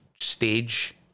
stage